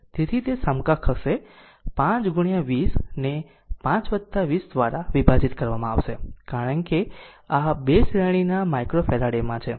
તેથી તે સમકક્ષ હશે 5 20 ને 5 20 દ્વારા વિભાજિત કરવામાં આવશે કારણ કે આ 2 શ્રેણીના માઈક્રોફેરાડે માં છે